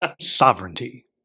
Sovereignty